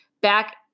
back